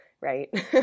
right